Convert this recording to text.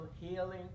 healing